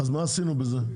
מה עשינו בזה?